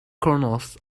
kernels